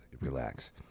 Relax